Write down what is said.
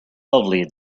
lovely